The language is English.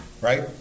right